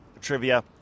trivia